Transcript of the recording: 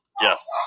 Yes